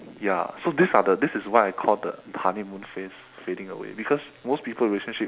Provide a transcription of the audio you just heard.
ya so these are the this is why I call the honeymoon phase fading away because most people relationship